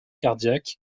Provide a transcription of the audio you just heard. cardiaque